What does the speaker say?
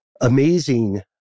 amazing